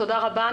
תודה רבה.